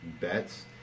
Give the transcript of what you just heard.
bets